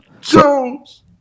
Jones